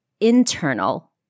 internal